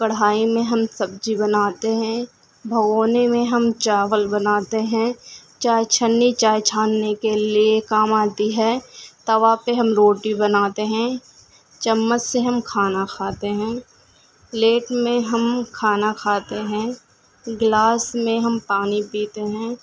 کڑھائی میں ہم سبزی بناتے ہیں بھگونے میں ہم چاول بناتے ہیں چائے چھننی چائے چھاننے کے لیے کام آتی ہے توا پہ ہم روٹی بناتے ہیں چمچ سے ہم کھانا کھاتے ہیں پلیٹ میں ہم کھانا کھاتے ہیں گلاس میں ہم پانی پیتے ہیں